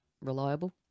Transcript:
reliable